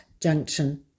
Junction